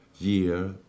year